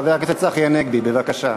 חבר הכנסת צחי הנגבי, בבקשה.